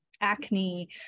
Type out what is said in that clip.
acne